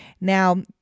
Now